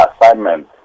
assignment